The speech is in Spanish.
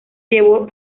llevó